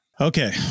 Okay